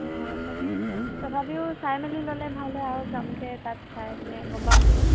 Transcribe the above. অঁ তাকে তথাপিও চাই মেলি ল'লে ভাল হয় আৰু যামগৈ তাত চাই পিনে গম পাম তাত